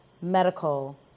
medical